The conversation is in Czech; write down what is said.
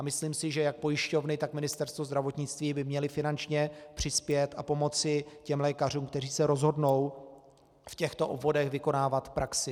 Myslím si, že jak pojišťovny, tak Ministerstvo zdravotnictví by měly finančně přispět a pomoci těm lékařům, kteří se rozhodnou v těchto obvodech vykonávat praxi.